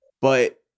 but-